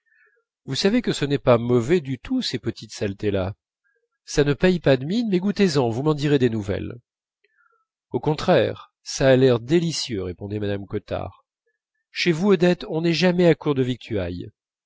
vous savez que ce n'est pas mauvais du tout ces petites saletés là ça ne paye pas de mine mais goûtez en vous m'en direz des nouvelles au contraire ça a l'air délicieux répondait mme cottard chez vous odette on n'est jamais à court de victuailles